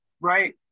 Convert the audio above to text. right